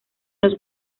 los